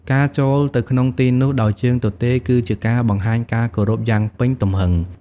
ការចូលទៅក្នុងទីនោះដោយជើងទទេរគឺជាការបង្ហាញការគោរពយ៉ាងពេញទំហឹង។